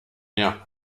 rien